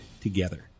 together